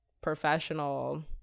professional